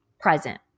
present